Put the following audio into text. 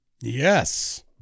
Yes